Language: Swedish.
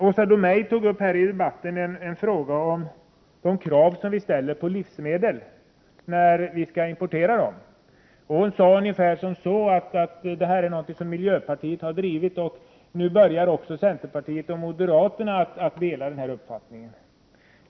Åsa Domeij tog här i debatten upp de krav som vi ställer på importerade livsmedel. Hon sade ungefär som så att detta är en fråga som miljöpartiet har drivit och att även centern och moderaterna nu börjar dela miljöpartiets uppfattning.